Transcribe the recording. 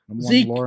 Zeke